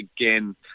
again